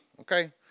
Okay